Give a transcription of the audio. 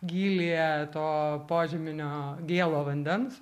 gylyje to požeminio gėlo vandens